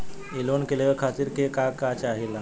इ लोन के लेवे खातीर के का का चाहा ला?